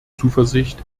zuversicht